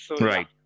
Right